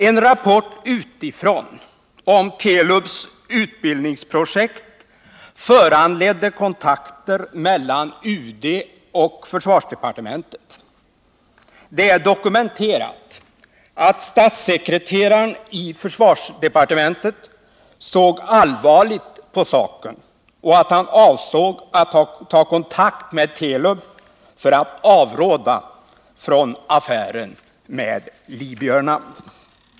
En rapport utifrån om Telubs utbildningsprojekt föranledde kontakter mellan UD och försvarsdepartementet. Det är dokumenterat att statssekreteraren i försvarsdepartementet såg allvarligt på saken och att han avsåg att ta kontakt med Telub för att avråda från affären med libyerna.